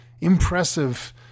impressive